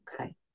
Okay